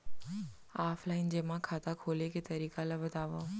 Offline जेमा खाता खोले के तरीका ल बतावव?